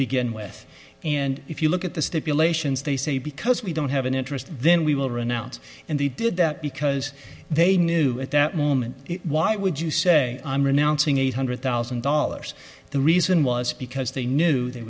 begin with and if you look at the stipulations they say because we don't have an interest then we will run out and they did that because they knew at that moment why would you say i'm renouncing eight hundred thousand dollars the reason was because they knew they